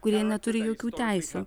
kurie neturi jokių teisių